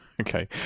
Okay